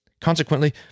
Consequently